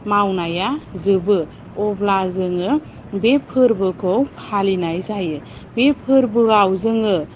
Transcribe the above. मावनाया जोबो अब्ला जोङो बे फोरबोखौ फालिनाय जायो बे फोरबोआव जोङो